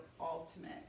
ultimate